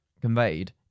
conveyed